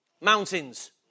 Mountains